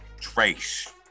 trace